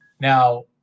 Now